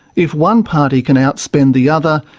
if one party can outspend the other,